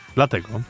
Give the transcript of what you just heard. dlatego